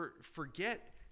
forget